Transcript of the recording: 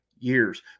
years